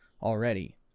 already